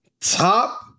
top